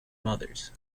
mothers